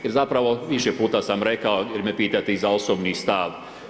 Jer zapravo, više puta sam rekao, jer me pitate i za osobni stav.